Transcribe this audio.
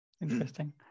Interesting